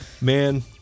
man